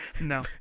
no